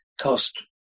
cost